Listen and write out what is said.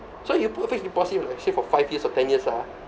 so you put fixed deposit with a shift of five years or ten years ah